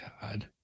God